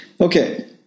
okay